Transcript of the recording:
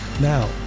Now